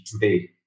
today